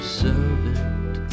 servant